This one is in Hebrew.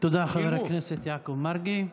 תודה, חבר הכנסת יעקב מרגי.